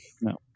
no